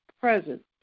presence